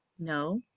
No